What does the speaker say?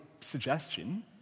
suggestion